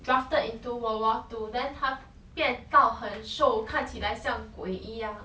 drafted into world war two then 他变到很瘦看起来像鬼一样